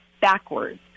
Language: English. backwards